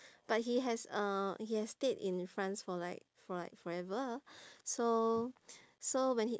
but he has uh he has stayed in france for like for like forever so so when he